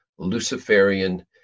Luciferian